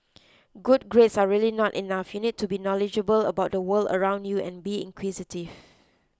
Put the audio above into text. good grades are really not enough you need to be knowledgeable about the world around you and be inquisitive